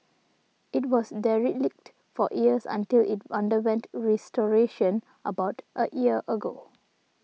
it was derelict for years until it underwent restoration about a year ago